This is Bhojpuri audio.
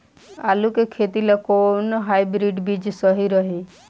आलू के खेती ला कोवन हाइब्रिड बीज सही रही?